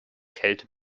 kälte